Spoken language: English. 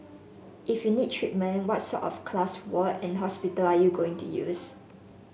if you need treatment what sort of class ward and hospital are you going to use